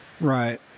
Right